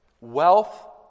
wealth